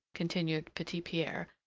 continued petit-pierre,